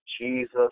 Jesus